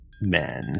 Men